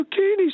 zucchini